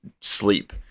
sleep